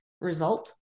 result